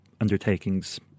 undertakings